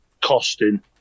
costing